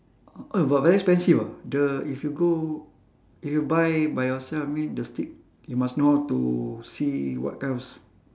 oh but very expensive ah the if you go if you buy by yourself I mean the steak you must know how to see what kind of